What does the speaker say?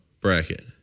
bracket